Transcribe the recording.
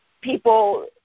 people